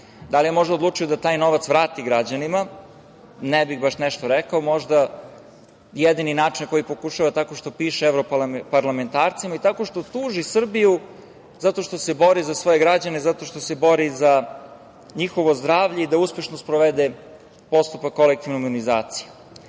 Da li je možda odlučio da taj novac vrati građanima? Ne bih baš nešto rekao. Možda jedini način na koji pokušava tako što piše evroparlamentarcima i tako što tuži Srbiju zato što se bori za svoje građane, zato što se bori za njihovo zdravlje i da uspešno sprovede postupak kolektivne imunizacije. Da